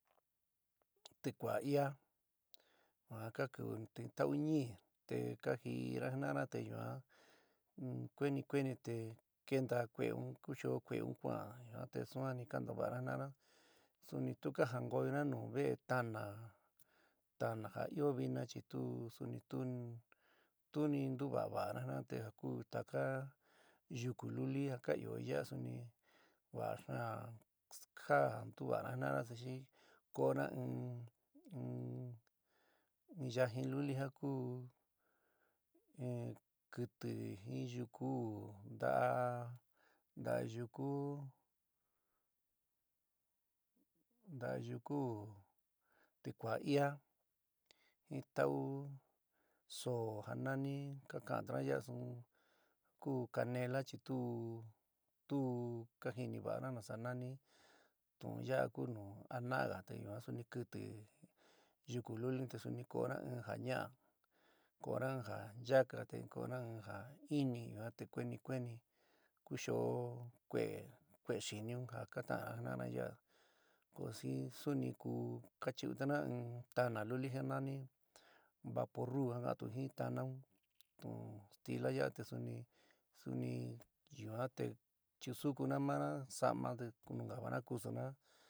Tikuaá ía, yua ka kiwi te tau nií te ka jiína jina'ana te yuan kueni kueni te kenta ku'é un kushó kue'é un kuan, yuante suanni ka ntuva'ana jina'ana, suni tu ka jankoyona nu ve'é tana, tana ja io vina chi tu suni tu tuúni ntuva'a va'ana te ja ku taka yuku luli ja ka ɨó ya'a suni vaa xaán ja ntuva'ana jina'ana te xi ko'ona in in yajɨn luli ja ku, in kiti jin yuku nta'a nta'a yuku ticuá íaa, jin tau soó ja nani ka kantunna ya'a suu ku canela chi tu tu kajiniva'ana nasa nani tu'ún ya'a ku ja anaága te suni kiti yuku luli un te suni ko'ona in ja ña'a, ko'ona in ja nchaka te ko'ona in ja inɨ, yuan te kueni kueni kushó kue'é kue'é xini un ja ka ta'ana jina'ana yaa ko xi suni ku ka chu'untuna in tana luli ja nani vaporu ka kaa'ntu jiin tana un tu'ún stila ya'a te suni suni yuan te chusukuna mana sama te nunkaávana kusuna.